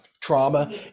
trauma